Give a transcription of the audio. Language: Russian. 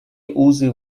узы